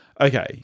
okay